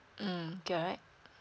mmhmm correct